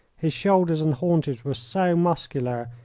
his shoulders and haunches were so muscular,